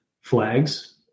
flags